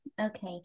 Okay